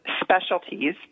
specialties